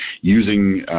using